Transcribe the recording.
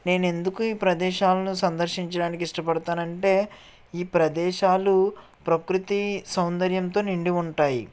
నేను ఎందుకు ఈ ప్రదేశాలను సందర్శించడానికి ఇష్టపడతానంటే ఈ ప్రదేశాలు ప్రకృతి సౌందర్యంతో నిండి ఉంటాయి